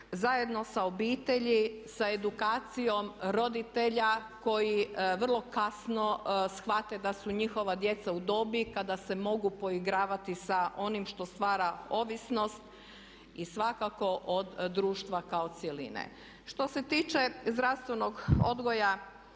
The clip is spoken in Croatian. zajedno sa obitelji, sa edukacijom roditelja koji vrlo kasno shvate da su njihova djeca u dobi kada se mogu poigravati sa onim što stvara ovisnost i svakako od društva kao cjeline. Što se tiče zdravstvenog odgoja